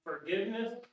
forgiveness